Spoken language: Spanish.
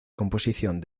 composición